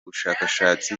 bushakashatsi